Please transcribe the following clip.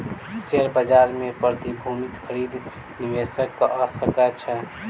share बाजार मे प्रतिभूतिक खरीद निवेशक कअ सकै छै